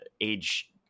age